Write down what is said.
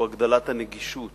הוא הגדלת הנגישות